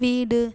வீடு